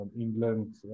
england